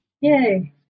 Yay